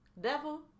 devil